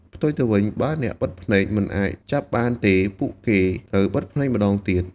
ផ្ទុយទៅវិញ បើអ្នកបិទភ្នែកមិនអាចចាប់បានទេ ពួកគេត្រូវបិទភ្នែកម្ដងទៀត។